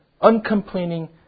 uncomplaining